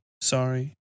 sorry